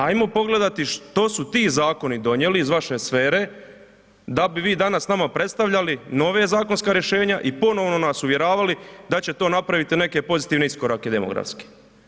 Ajmo pogledati što su ti zakoni donijeli iz vaše sfere da bi danas nama predstavljali nova zakonska rješenja i ponovno nas uvjeravali da će to napraviti neke pozitivne iskorake demografske.